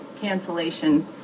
cancellation